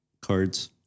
cards